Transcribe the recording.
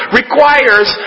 requires